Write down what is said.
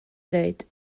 ddweud